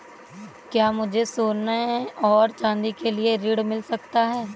क्या मुझे सोने और चाँदी के लिए ऋण मिल सकता है?